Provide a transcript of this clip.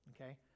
okay